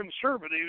conservatives